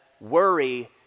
worry